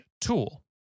Tool